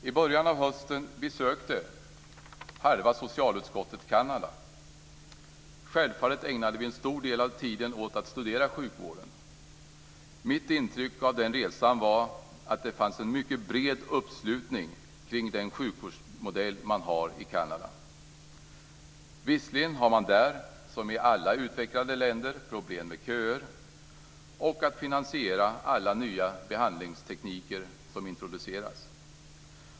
I början av hösten besökte halva socialutskottet Kanada. Självfallet ägnade vi en stor del av tiden åt att studera sjukvården. Mitt intryck av den resan var att det fanns en mycket bred uppslutning kring den sjukvårdsmodell man har i Kanada. Visserligen har man där som i alla utvecklade länder problem med köer och med att finansiera alla nya behandlingstekniker som introduceras.